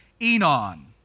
Enon